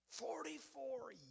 Forty-four